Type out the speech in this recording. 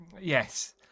Yes